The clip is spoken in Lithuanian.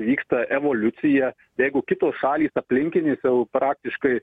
vyksta evoliucija jeigu kitos šalys aplinkinės jau praktiškai